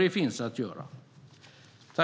Det finns att göra.